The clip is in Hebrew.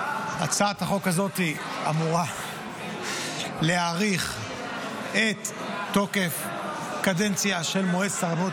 הצעת החוק הזאת אמורה להאריך את תוקף הקדנציה של מועצת הרבנות